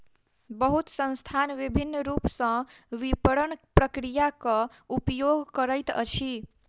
बहुत संस्थान विभिन्न रूप सॅ विपरण प्रक्रियाक उपयोग करैत अछि